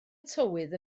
tywydd